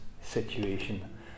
situation